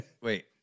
wait